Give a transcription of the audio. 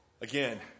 Again